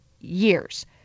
years